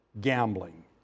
gambling